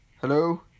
Hello